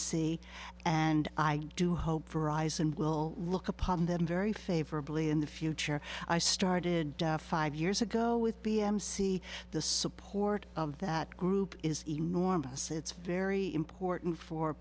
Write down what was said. c and i do hope for eyes and will look upon them very favorably in the future i started five years ago with b m c the support of that group is enormous it's very important for